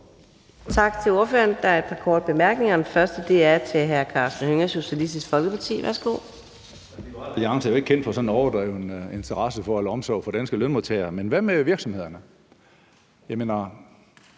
Tak til ordføreren. Der er en række korte bemærkninger. Den første er til hr. Karsten Hønge, Socialistisk Folkeparti. Værsgo.